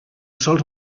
sols